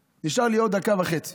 נשארו לי עוד דקה וחצי